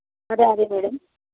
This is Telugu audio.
అదే అదే మేడం